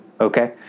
okay